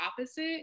opposite